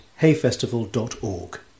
hayfestival.org